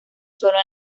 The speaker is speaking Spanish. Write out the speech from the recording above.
solo